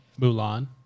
Mulan